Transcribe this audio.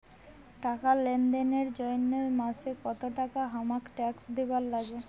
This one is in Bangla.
টাকা লেনদেন এর জইন্যে মাসে কত টাকা হামাক ট্যাক্স দিবার নাগে?